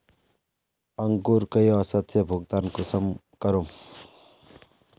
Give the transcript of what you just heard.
अंकूर कई औसत से भुगतान कुंसम करूम?